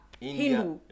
hindu